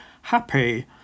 happy